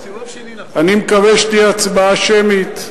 אני מקווה שתהיה הצבעה שמית,